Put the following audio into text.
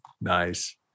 Nice